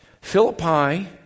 Philippi